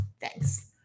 Thanks